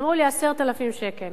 אמרו לי: 10,000 שקל.